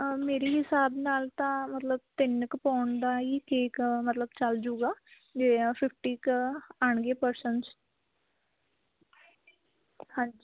ਮੇਰੀ ਹਿਸਾਬ ਨਾਲ ਤਾਂ ਮਤਲਬ ਤਿੰਨ ਕੁ ਪੋਂਡ ਦਾ ਹੀ ਕੇਕ ਮਤਲਬ ਚੱਲ ਜਾਊਗਾ ਜੇ ਫਿਫਟੀ ਕੁ ਆਉਣਗੇ ਪਰਸਨਜ ਹਾਂਜੀ